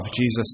Jesus